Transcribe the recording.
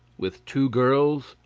with two girls,